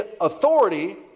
authority